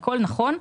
הכול נכון,